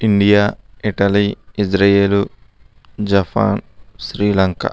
India Italy Israel Japan Sri Lanka